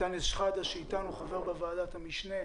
לח"כ אנטאנס שחאדה שאתנו חבר בוועדת המשנה,